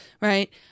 right